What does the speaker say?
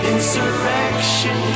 Insurrection